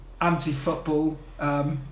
anti-football